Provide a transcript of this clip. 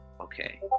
okay